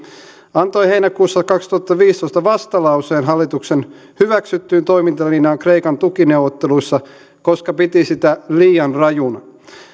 antoi heinäkuussa kaksituhattaviisitoista vastalauseen hallituksen hyväksyttyyn toimintalinjaan kreikan tukineuvotteluissa koska piti sitä liian rajuna